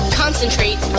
concentrate